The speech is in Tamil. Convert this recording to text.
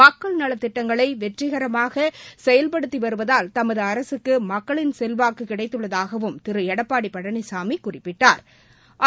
மக்கள் நலத் திட்டங்களை வெற்றிகரமாக செயல்படுத்தி வருவதால் தமது அரசுக்கு மக்களின் செல்வாக்கு கிடைத்துள்ளதாகவும் திரு எடப்பாடி பழனிசாமி குறிப்பிட்டாா்